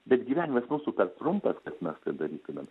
bet gyvenimas mūsų per trumpas kad mes tai darytumėm